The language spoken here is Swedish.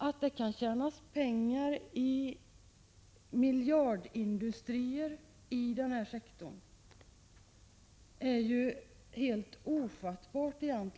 Att det kan tjänas miljardbelopp i den här sektorn är egentligen helt ofattbart.